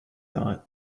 thought